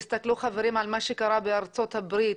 תסתכלו, חברים, על מה שקרה בארצות הברית.